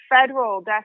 federal